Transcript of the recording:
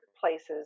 places